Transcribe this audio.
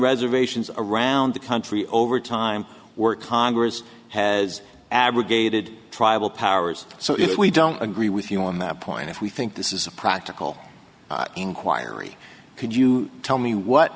reservations around the country own over time work congress has abrogated tribal powers so that we don't agree with you on that point if we think this is a practical inquiry could you tell me what